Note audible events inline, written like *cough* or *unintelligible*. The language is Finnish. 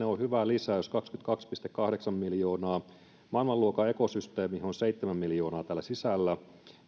*unintelligible* on hyvä lisäys kaksikymmentäkaksi pilkku kahdeksan miljoonaa maailmanluokan ekosysteemit seitsemän miljoonaa on täällä sisällä